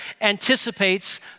anticipates